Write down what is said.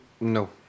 No